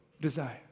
Desire